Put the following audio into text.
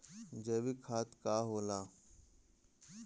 जैवीक खाद का होला?